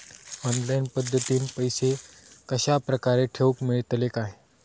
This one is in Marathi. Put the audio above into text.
ऑनलाइन पद्धतीन पैसे कश्या प्रकारे ठेऊक मेळतले काय?